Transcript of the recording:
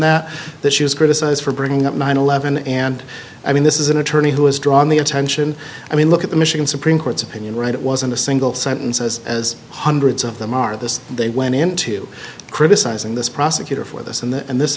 that that she was criticized for bringing up nine hundred and eleven and i mean this is an attorney who has drawn the attention i mean look at the michigan supreme court's opinion right it wasn't a single sentences as hundreds of them are this they went into criticizing this prosecutor for this and this